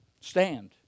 stand